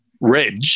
Reg